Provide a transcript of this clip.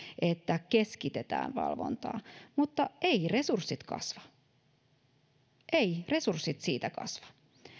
että keskitetään valvontaa mutta eivät resurssit kasva eivät resurssit siitä kasva